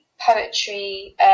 poetry